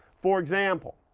for example,